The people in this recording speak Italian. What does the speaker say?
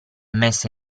messa